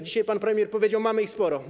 Dzisiaj pan premier powiedział: mamy ich sporo.